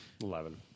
eleven